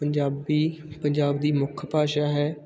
ਪੰਜਾਬੀ ਪੰਜਾਬ ਦੀ ਮੁੱਖ ਭਾਸ਼ਾ ਹੈ